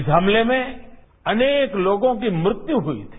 इस हमले में अनेक लोगों की मृत्यु हुई थी